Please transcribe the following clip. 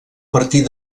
partir